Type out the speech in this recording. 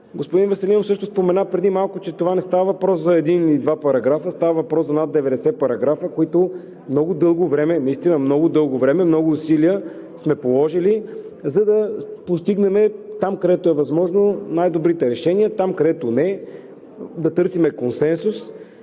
Господин Веселинов също спомена преди малко, че не става въпрос за един или два параграфа, а става въпрос за над 90 параграфа, за които много дълго време – наистина много дълго време, много усилия сме положили, за да постигнем – там, където е възможно, най-добрите решения, там, където не – да търсим консенсус.